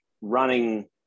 running